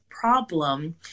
problem